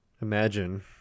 imagine